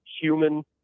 human